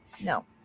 no